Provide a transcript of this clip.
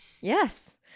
Yes